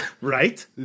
right